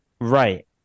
right